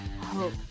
hope